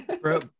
Bro